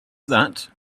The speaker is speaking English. that